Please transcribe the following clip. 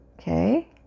Okay